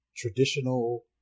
traditional